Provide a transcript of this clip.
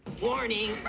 Warning